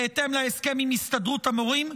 בהתאם להסכם עם הסתדרות המורים,